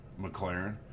McLaren